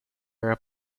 era